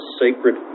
sacred